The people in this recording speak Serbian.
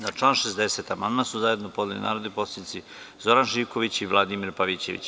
Na član 60. amandman su zajedno podneli narodni poslanici Zoran Živković i Vladimir Pavićević.